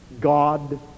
God